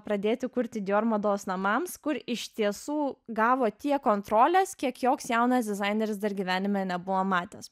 pradėti kurti dior mados namams kur iš tiesų gavo tiek kontrolės kiek joks jaunas dizaineris dar gyvenime nebuvo matęs